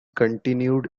continued